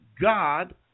God